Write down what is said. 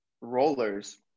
rollers